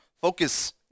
focus